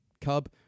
Cub